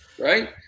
right